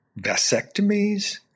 vasectomies